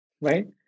Right